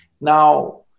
Now